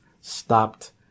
stopped